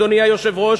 אדוני היושב-ראש,